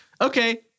Okay